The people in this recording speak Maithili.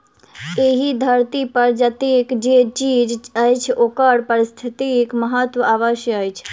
एहि धरती पर जतेक जे चीज अछि ओकर पारिस्थितिक महत्व अवश्य अछि